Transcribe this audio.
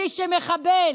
מי שמחבל